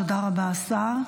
תודה רבה, השר.